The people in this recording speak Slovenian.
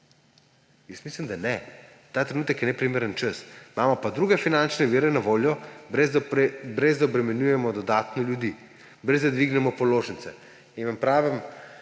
Jaz mislim, da ne. Ta trenutek je neprimeren čas. Imamo pa druge finančne vire na voljo, ne da obremenjujemo dodatno ljudi, ne da dvignemo položnice. In vam pravim,